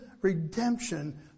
redemption